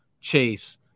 Chase